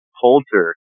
Holter